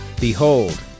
Behold